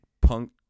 punk